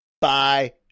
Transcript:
bye